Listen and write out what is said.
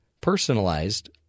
personalized